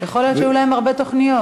יכול להיות שהיו להם הרבה תוכניות?